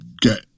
get